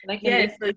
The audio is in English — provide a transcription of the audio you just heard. yes